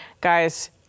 Guys